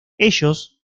ellos